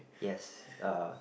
yes uh